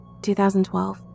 2012